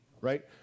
right